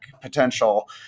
potential